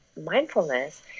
mindfulness